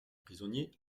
prisonnier